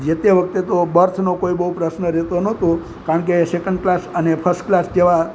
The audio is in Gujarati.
જે તે વખતે તો બર્થનો કોઈ પ્રશ્ન રહેતો નહોતો કારણ કે સેકન્ડ ક્લાસ અને ફસ્ટ ક્લાસ જેવા